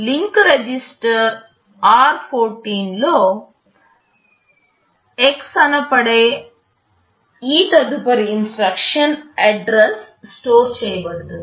link register r14 లో X అనబడే ఈ తదుపరి ఇన్స్ట్రక్షన్ అడ్రస్ స్టోర్ చేయబడుతుంది